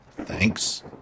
Thanks